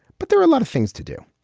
but there are a lot of things to do.